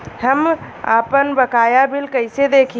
हम आपनबकाया बिल कइसे देखि?